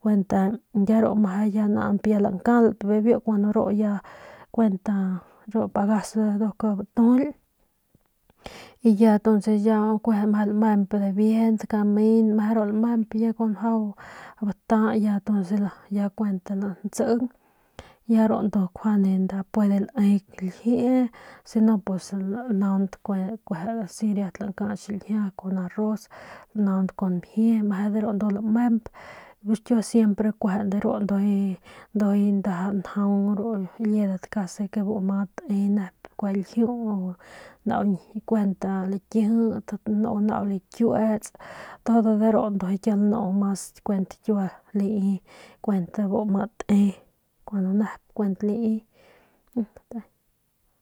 kuent ru ya meje lankalp meje ya biu ru pagas ya batujuly y ya kueje lamemp dibiejent kamen ya meje ru lamemp ya bajau bata ya kuent ya ru ndu nkjuande puede lae ljiee si no pus lanaungt asi lankats xiljia con arroz lanaunt kun mjie de ru lamemp pus kiau siempre de ru ndujuy ndaja njaung ru liedat casi bu ma te nep ljiu nau kuent lakijit nau lakiuets todo de ru ndujuy kiau lanu mas kuent kiua lai kuent bu ma te nep kuent lai.